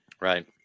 Right